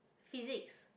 physics